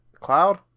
Cloud